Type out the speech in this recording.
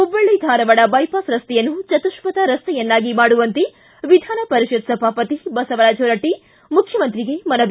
Hubballi Dharwad bypass ರಸ್ತೆಯನ್ನು ಚತುಪ್ಪತ ರಸ್ತೆಯನ್ನಾಗಿ ಮಾಡುವಂತೆ ವಿಧಾನಪರಿಷತ್ ಸಭಾಪತಿ ಬಸವರಾಜ್ ಹೊರಟ್ಟ ಮುಖ್ಯಮಂತ್ರಿಗೆ ಮನವಿ